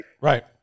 right